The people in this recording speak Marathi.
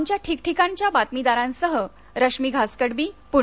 आमच्या ठिकठिकाणच्या बातमीदारांसह रश्मी घासकडबी पुणे